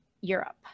Europe